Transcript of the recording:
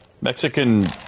Mexican